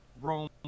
Rome